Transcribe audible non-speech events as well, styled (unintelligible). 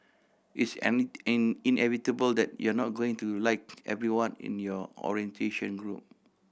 it's (unintelligible) in inevitable that you're not going to like everyone in your orientation group